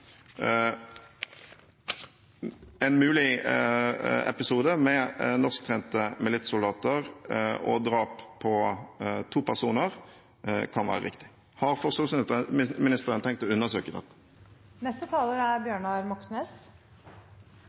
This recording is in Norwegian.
en mulig episode med norsktrente militssoldater og drap på to personer kan være riktig Har forsvarsministeren tenkt å undersøke dette? Jeg merket meg Tetzschners betraktning om hva som er